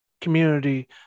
community